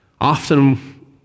often